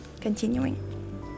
continuing